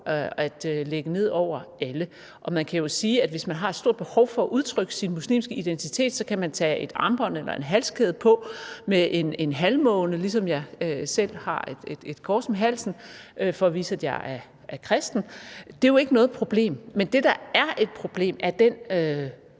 at lægge ned over alle. Og hvis man har et stort behov for at udtrykke sin muslimske identitet, kan man tage et armbånd eller en halskæde på med en halvmåne, ligesom jeg har en halskæde med et kors om halsen for at vise, at jeg er kristen. Det er jo ikke noget problem. Men det, der er et problem, er den